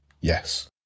yes